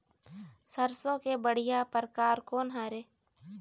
सरसों के बढ़िया परकार कोन हर ये?